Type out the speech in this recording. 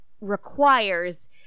requires